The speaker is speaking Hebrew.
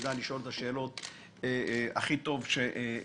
נדע לשאול את השאלות הכי טוב שאפשר.